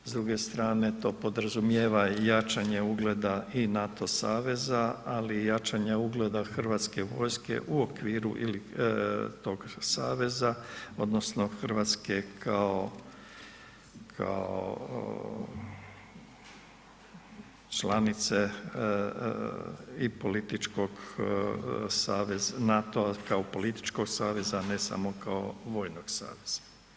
S druge strane to podrazumijeva i jačanje ugleda i NATO saveza ali i jačanje ugleda Hrvatske vojske u okviru ili tog saveza odnosno Hrvatske kao članice i političkog saveza, NATO-a kao političkog zaveza a ne samo kao vojnog saveza.